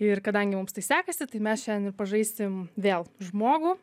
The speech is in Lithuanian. ir kadangi mums tai sekasi tai mes šiandien ir pažaisim vėl žmogų